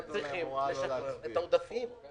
הם צריכים לשחרר את העודפים.